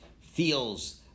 feels